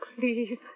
Please